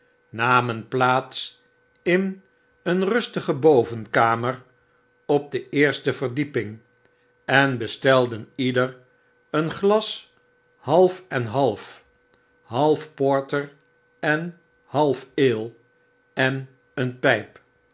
namen plaats in een rustige bovenkamer op de eerste verdieping en bestelden ieder een glas half en half half porter en half ale en een pyp